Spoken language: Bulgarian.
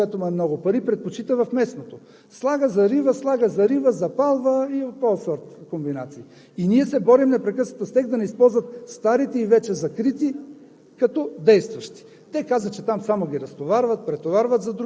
част от кметовете обаче вместо да ги карат до регионалното, което му е много пари, предпочита в местното – слага, зарива, слага, зарива, запалва и от този сорт комбинации. И ние се борим непрекъснато с тях да не използват старите и вече закрити